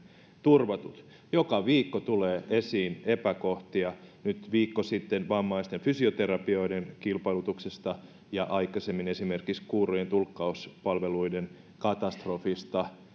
turvatut joka viikko tulee esiin epäkohtia nyt viikko sitten tieto vammaisten fysioterapioiden kilpailutuksesta ja aikaisemmin esimerkiksi kuurojen tulkkauspalveluiden katastrofista